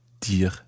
dire